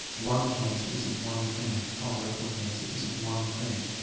lung cancer isn't one thing. colorectal cancer isn't one thing.